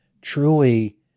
truly